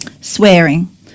swearing